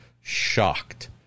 shocked